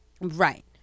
Right